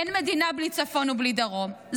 אין מדינה בלי צפון ובלי דרום,